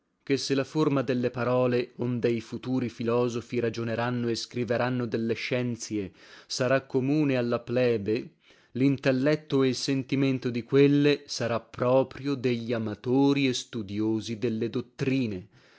ché se la forma delle parole onde i futuri filosofi ragioneranno e scriveranno delle scienzie sarà comune alla plebe lintelletto e il sentimento di quelle sarà proprio degli amatori e studiosi delle dottrine